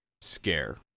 scare